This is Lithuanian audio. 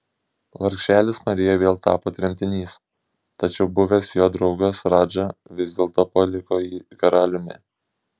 vargšelis marija vėl tapo tremtinys tačiau buvęs jo draugas radža vis dėlto paliko jį karaliumi